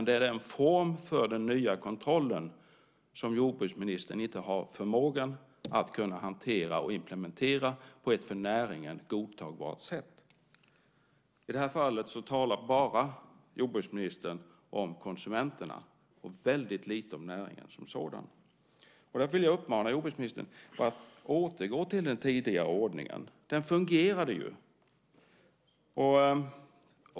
Det är formen för den nya kontrollen som jordbruksministern inte har förmågan att hantera och implementera på ett för näringen godtagbart sätt. I det här fallet talar jordbruksministern bara om konsumenterna och väldigt lite om näringen som sådan. Därför vill jag uppmana jordbruksministern att återgå till den tidigare ordningen. Den fungerade ju.